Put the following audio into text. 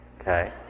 Okay